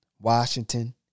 Washington